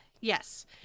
yes